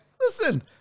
Listen